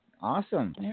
Awesome